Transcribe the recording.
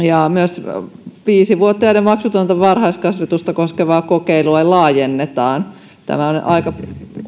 myös viisivuotiaiden maksutonta varhaiskasvatusta koskevaa kokeilua laajennetaan tämä on aika